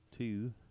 Two